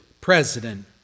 President